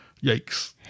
yikes